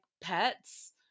pets